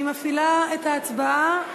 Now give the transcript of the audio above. אני מפעילה את ההצבעה.